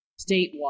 statewide